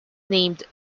named